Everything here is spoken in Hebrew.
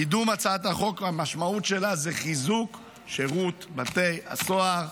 המשמעות של קידום הצעת החוק היא חיזוק שירות בתי הסוהר.